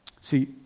See